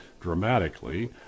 dramatically